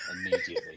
immediately